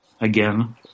again